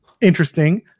Interesting